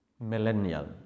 millennial